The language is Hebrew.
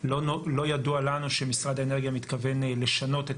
לא ידוע לנו שמשרד האנרגיה מתכוון לשנות את